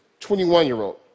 21-year-old